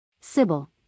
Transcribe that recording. Sybil